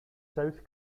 south